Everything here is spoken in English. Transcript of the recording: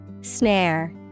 snare